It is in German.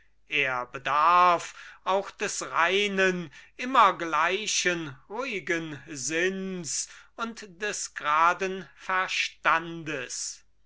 er bedarf auch des reinen immer gleichen ruhigen sinns und des graden verstandes